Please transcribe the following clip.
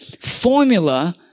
formula